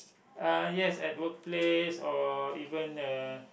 uh yes at workplace or even uh